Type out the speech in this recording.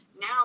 now